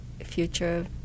future